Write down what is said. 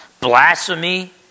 blasphemy